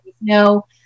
No